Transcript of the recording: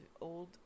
old